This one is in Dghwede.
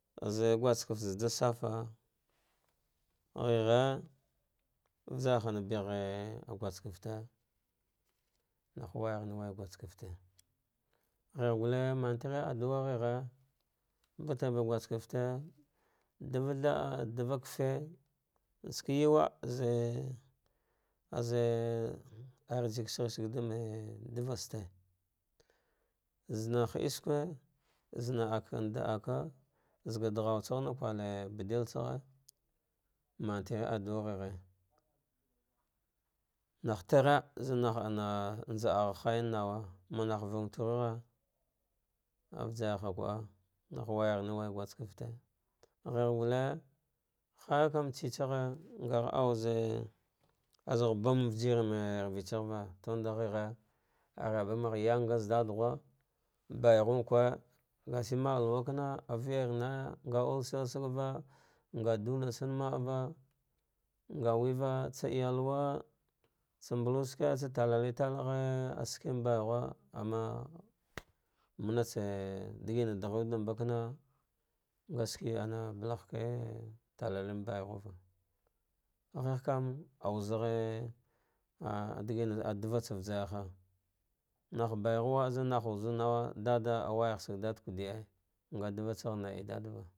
Guskefte zaɗa safa shegher vajar na beghe ah guskefte nah wayagh nai w ay gusketa gheshe gulle mantere daluan sheghe, balarba guskefte dava thah da dava keffe svan yuwa ze aze arziki sagh saga ndanve ɗavatsate zana heleskise zana akam da akah zaga daghow tsa ghe nak war badil tsaghe monter aduwa ghighe nah tare zamnah ana njada gha hajan nawa manah vuntarau ghe vajurha vu ah nah waya ah nai waya guskefte gheh gute harka mrtse tsa ghe ngah auze azagh bam vigir me reve tsa va tunda ghighe ah raban ghe yanga zahga ɗaɗa ghu baighu mmewe gashi maah luwa vama viyarnaya, nga ulsayaysaglla nga duna tsam ma ahva, aganwevva tsa eyalwa tsa mbulu shike tsa talari ta ghe ahiveen bai ghu amma mamatsa digan da ghe wude dambe ngashike ana balgje ke talaring banghuva, gheh kam awuzu ghe ah ategi ah dava tsa vajarha nah bu ghuwa zanah wwuzuw nawa ɗaɗa ah wayah sage ɗaɗa kuda ie nga davatsah nae ɗaɗava.